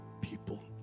people